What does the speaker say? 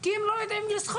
כי הם לא יודעים לשחות.